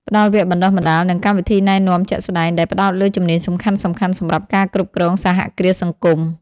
ផ្តល់វគ្គបណ្តុះបណ្តាល និងកម្មវិធីណែនាំជាក់ស្តែង ដែលផ្តោតលើជំនាញសំខាន់ៗសម្រាប់ការគ្រប់គ្រងសហគ្រាសសង្គម ។